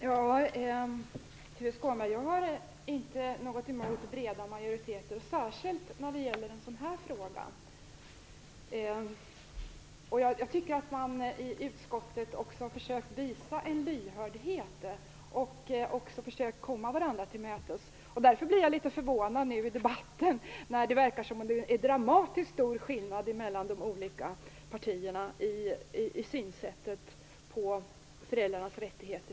Herr talman! Jag har inget emot breda majoriteter, särskilt inte i en sådan här fråga, Tuve Skånberg! Jag tycker att man i utskottet har försökt visa lyhördhet och gå varandra till mötes. Därför blir jag litet förvånad när det nu i debatten verkar finnas en dramatiskt stor skillnad mellan de olika partiernas syn på föräldrarnas rättigheter.